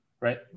right